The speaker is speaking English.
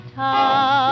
time